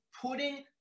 putting